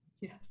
Yes